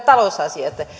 talousasiat